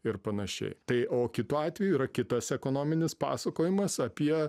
ir panašiai tai o kitu atveju yra kitas ekonominis pasakojimas apie